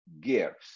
gifts